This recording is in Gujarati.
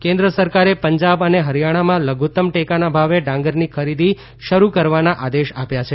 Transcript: ડાંગર ખરીદી કેન્દ્ર સરકારે પંજાબ અને હરિયાણામાં લધુ તમ ટેકાના ભાવે ડાંગરની ખરીદી શરૂ કરવાના આદેશ આપ્યા છે